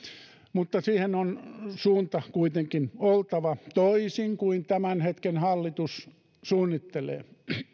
mutta siinä on suunnan kuitenkin oltava toinen kuin mitä tämän hetken hallitus suunnittelee